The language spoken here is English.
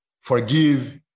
forgive